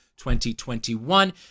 2021